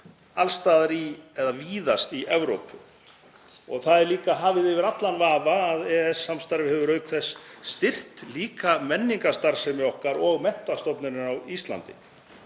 alls staðar eða víðast í Evrópu. Það er líka hafið yfir allan vafa að EES-samstarfið hefur auk þess styrkt menningarstarfsemi okkar og menntastofnanir á Íslandi.